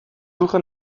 suche